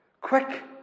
Quick